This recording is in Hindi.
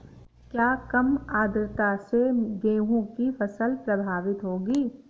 क्या कम आर्द्रता से गेहूँ की फसल प्रभावित होगी?